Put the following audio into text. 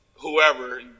whoever